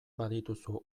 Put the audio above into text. badituzu